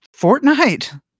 Fortnite